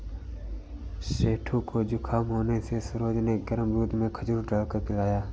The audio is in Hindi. सेठू को जुखाम होने से सरोज ने गर्म दूध में खजूर डालकर पिलाया